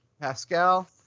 pascal